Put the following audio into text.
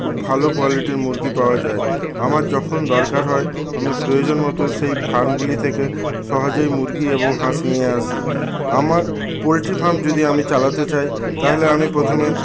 খুব ভালো কোয়ালিটির মুরগি পাওয়া যায় আমার যখন দরকার হয় আমি প্রয়োজন মতো সেই ফার্মগুলি থেকে সহজেই মুরগি এবং হাঁস নিয়ে আসি আমার পোলট্রি ফার্ম যদি আমি চালাতে চাই তাহলে আমি প্রথমে